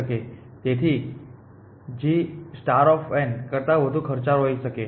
થી તેથી તે g કરતા વધુ ખર્ચાળ હોઈ શકે છે